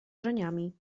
żeniami